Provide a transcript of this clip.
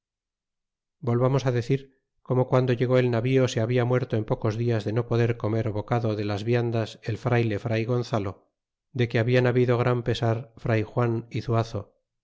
volvamos decir como guando llegó el navío se habla muerto en pocos dias de no poder comer bocado de las viandas el frayle fray gonzalo de que hablan habido gran pesar fray juan é zuazo